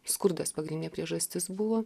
skurdas pagrindinė priežastis buvo